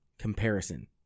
comparison